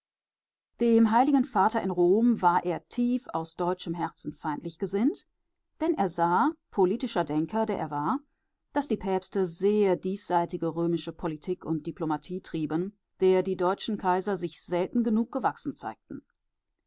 dem heiligen vater in rom war er aus deutschem herzen feindlich gesinnt er sah politischer denker der er war daß die päpste sehr diesseitige römische politik und diplomatie trieben der die deutschen kaiser sich selten genug gewachsen zeigten